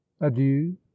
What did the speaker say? adieu